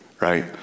right